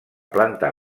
planta